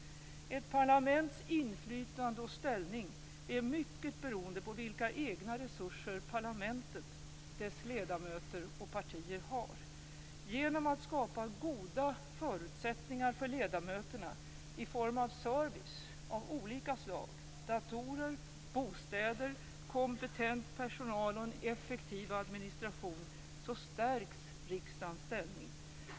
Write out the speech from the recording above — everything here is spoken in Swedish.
Ett parlaments inflytande och ställning är mycket beroende på vilka egna resurser parlamentet, dess ledamöter och partier har. Genom att skapa goda förutsättningar för ledamöterna i form av service av olika slag - datorer, bostäder, kompetent personal och en effektiv administration - stärks riksdagens ställning.